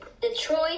Detroit